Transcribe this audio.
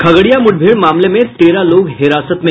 खगड़िया मुठभेड़ मामले में तेरह लोग हिरासत में